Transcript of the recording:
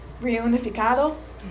reunificado